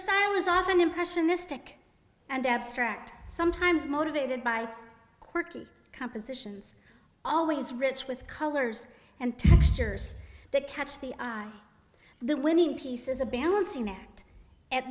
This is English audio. style was often impressionistic and abstract sometimes motivated by quirky compositions always rich with colors and textures that catch the the winning pieces a balancing act a